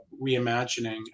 reimagining